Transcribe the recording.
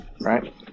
Right